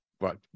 right